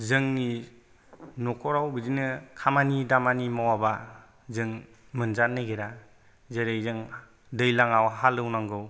जोंनि न'खराव बिदिनो खामानि दामानि मावाब्ला जों मोनजानो नागिरा जेरै जों दैज्लाङाव हालेवनांगौ